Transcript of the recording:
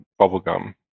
bubblegum